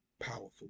powerful